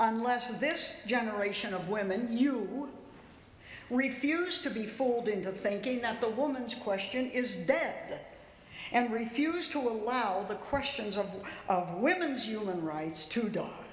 unless this generation of women you refuse to be fooled into thinking that the woman's question is dead and refuse to allow the questions of women's human rights to d